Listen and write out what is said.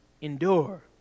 endure